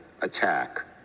attack